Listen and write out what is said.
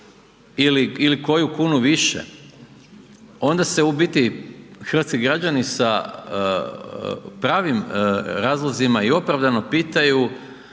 ili koju kunu više onda se u biti hrvatski građani sa pravim razlozima i opravdano pitaju